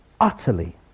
utterly